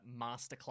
Masterclass